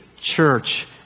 Church